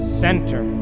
center